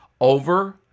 over